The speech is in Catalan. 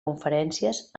conferències